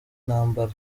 ntambara